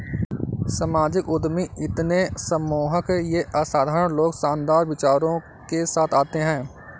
सामाजिक उद्यमी इतने सम्मोहक ये असाधारण लोग शानदार विचारों के साथ आते है